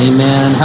Amen